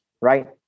Right